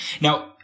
Now